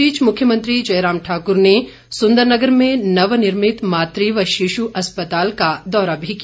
इस बीच मुख्यमंत्री जयराम ठाकुर ने सुंदरनगर में नवनिर्मित मातू व शिशु अस्पताल का दौरा भी किया